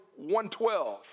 112